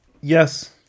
Yes